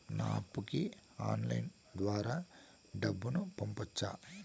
నా అప్పుకి ఆన్లైన్ ద్వారా డబ్బును పంపొచ్చా